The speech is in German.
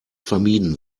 vermieden